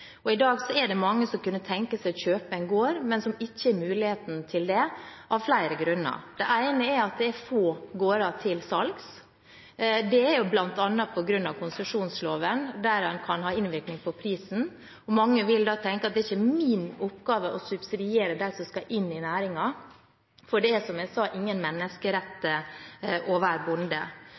I dag er det mange som kunne tenke seg å kjøpe en gård, men som ikke har mulighet til det av flere grunner. Det ene er at det er få gårder til salgs. Det er bl.a. på grunn av konsesjonsloven, der en kan ha innvirkning på prisen. Mange vil da tenke at det ikke er deres oppgave å subsidiere dem som skal inn i næringen – for det er, som jeg sa, ingen menneskerett å være bonde.